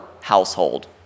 household